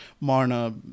Marna